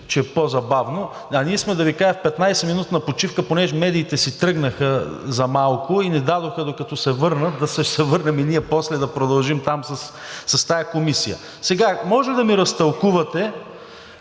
че е по-забавно. Ние сме, да Ви кажа, в 15-минутна почивка, понеже медиите си тръгнаха за малко и ни дадоха, докато се върнат, да се върнем и ние – после да продължим там с тази Комисия. Сега, може ли да ми разтълкувате